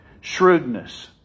Shrewdness